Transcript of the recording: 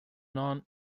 non